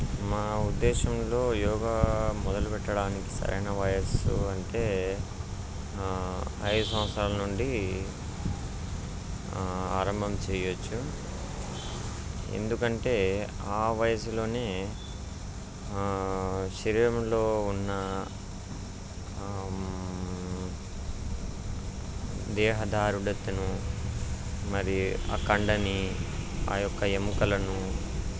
మా ఉద్దేశంలో యోగా మొదలుపెట్టడానికి సరైన వయసు అంటే ఐదు సంవత్సరాల నుండి ఆరంభం చేయచ్చు ఎందుకంటే ఆ వయసులో శరీరంలో ఉన్న దేహదారుడత మరియు ఆ కండని ఆ యొక్క ఎముకలను